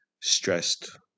stressed